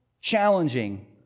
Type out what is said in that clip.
challenging